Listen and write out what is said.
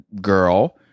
girl